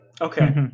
Okay